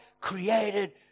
created